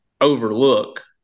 overlook